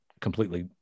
completely